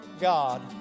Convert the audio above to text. God